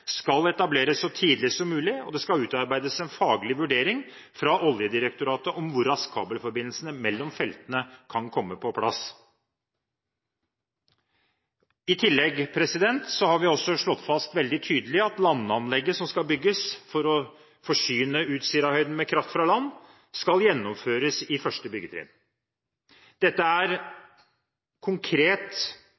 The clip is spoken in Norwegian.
skal etableres så tidlig som mulig, og det skal utarbeides en faglig vurdering fra Oljedirektoratet om hvor raskt kabelforbindelsene mellom feltene kan komme på plass. I tillegg har vi slått fast veldig tydelig at landanlegget som skal bygges for å forsyne Utsirahøyden med kraft fra land, skal gjennomføres i første byggetrinn. Dette er